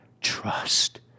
trust